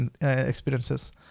experiences